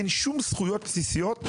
אין שום זכויות בסיסיות.